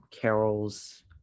Carol's